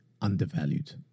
undervalued